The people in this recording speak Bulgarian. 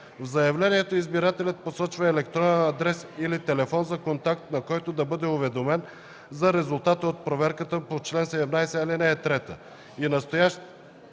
В заявлението избирателят посочва електронен адрес или телефон за контакт, на който да бъде уведомен за резултата от проверката по чл. 17, ал. 3 и настоящ